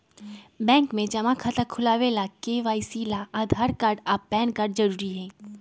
bank में जमा खाता खुलावे ला के.वाइ.सी ला आधार कार्ड आ पैन कार्ड जरूरी हई